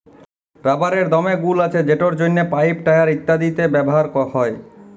রাবারের দমে গুল্ আছে যেটর জ্যনহে পাইপ, টায়ার ইত্যাদিতে ব্যাভার হ্যয়